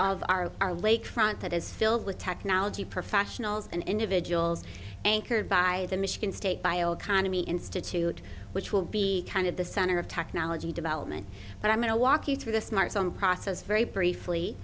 of our of our lakefront that is filled with technology professionals and individuals anchored by the michigan state bio economy institute which will be kind of the center of technology development but i'm going to walk you through the smartphone process very briefly